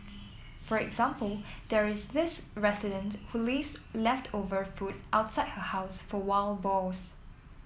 for example there is this resident who leaves leftover food outside her house for wild boars